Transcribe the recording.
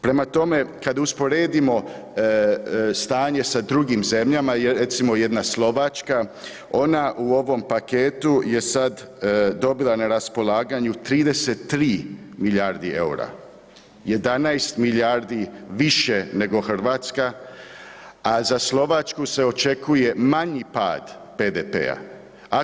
Prema tome, kada usporedimo stanje sa drugim zemljama, recimo jedna Slovačka ona u ovom paketu je sad dobila na raspolaganju 33 milijardi eura, 11 milijardi više nego Hrvatska, a za Slovačku se očekuje manji pad BDP-a.